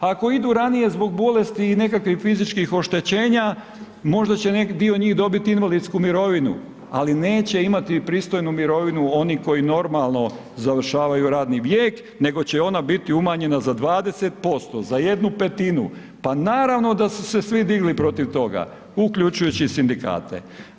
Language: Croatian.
Ako idu ranije zbog bolesti i nekakvih fizičkih oštećenja, možda će dio njih dobiti invalidsku mirovinu, ali neće imati pristojnu mirovinu oni koji normalno završavaju radni vijek, nego će ona biti umanjena za 20%, za 1/5, pa naravno da su se svi digli protiv toga, uključujući i Sindikate.